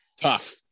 Tough